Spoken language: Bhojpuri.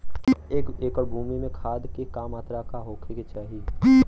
एक एकड़ भूमि में खाद के का मात्रा का होखे के चाही?